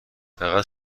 فقط